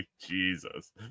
jesus